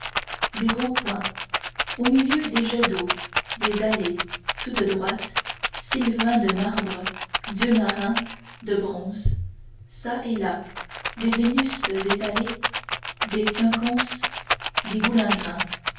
des ronds-points au milieu des jets d'eau des allées toutes droites sylvains de marbre dieux marins de bronze çà et là des vénus étalées des quinconces des boulingrins